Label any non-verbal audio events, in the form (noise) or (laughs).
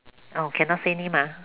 oh cannot say name ah (laughs)